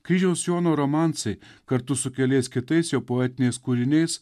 kryžiaus jono romansai kartu su keliais kitais jo poetiniais kūriniais